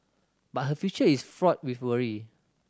but her future is fraught with worry